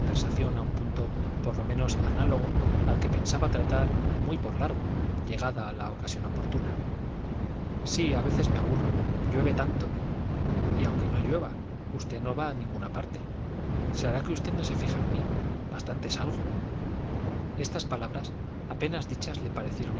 un punto por lo menos análogo al que pensaba tratar muy por largo llegada la ocasión oportuna sí a veces me aburro llueve tanto y aunque no llueva usted no va a ninguna parte será que usted no se fija en mí bastante salgo estas palabras apenas dichas le parecieron